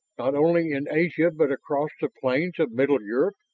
not only in asia but across the plains of middle europe.